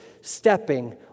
stepping